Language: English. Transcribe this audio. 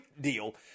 deal